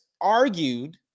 argued